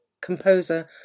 composer